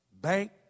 bank